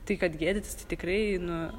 tai kad gėdytis tai tikrai nu